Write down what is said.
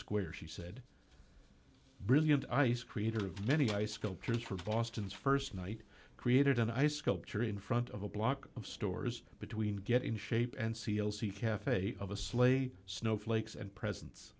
square she said brilliant ice creator of many ice sculptures from boston's st night created an ice sculpture in front of a block of stores between get in shape and seal see cafe of a sleigh snowflakes and presen